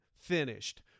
finished